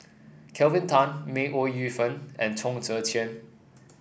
Kelvin Tan May Ooi Yu Fen and Chong Tze Chien